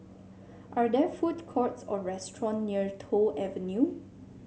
are there food courts or restaurants near Toh Avenue